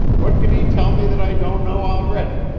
what could he tell me that i don't know already?